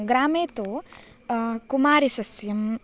ग्रामे तु कुमारीसस्यं